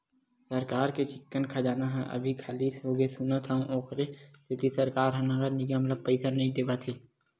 सरकार के चिक्कन खजाना ह अभी खाली होगे सुनत हँव, ओखरे सेती सरकार ह नगर निगम ल पइसा नइ देवत हे